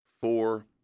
Four